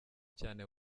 cyane